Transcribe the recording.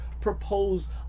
propose